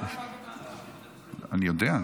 אני יודע,